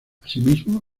asimismo